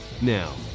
Now